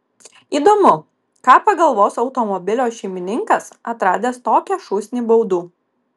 įdomu ką pagalvos automobilio šeimininkas atradęs tokią šūsnį baudų